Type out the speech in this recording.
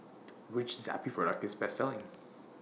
Which Zappy Product IS The Best Selling